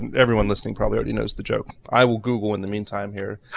and everyone listening probably already knows the joke. i will google in the meantime here.